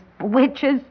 witches